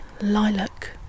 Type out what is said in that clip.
lilac